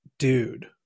Dude